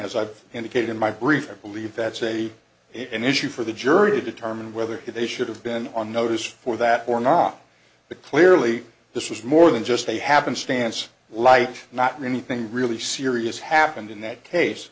i indicated in my brief i believe that say it an issue for the jury to determine whether they should have been on notice for that or not but clearly this was more than just a happenstance light not many thing really serious happened in that case